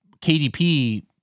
KDP